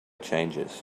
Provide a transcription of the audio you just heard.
changes